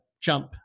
jump